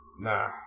Nah